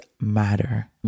matter